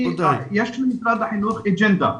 למשרד החינוך יש אג'נדה,